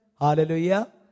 Hallelujah